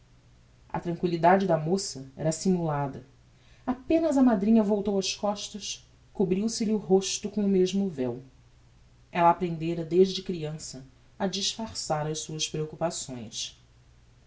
a tranquillidade da moça era simulada apenas a madrinha voltou as costas cobriu se lhe o rosto com o mesmo veu ella aprendera desde creança a disfarçar as suas preoccupações